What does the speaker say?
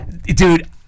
Dude